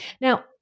Now